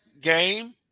game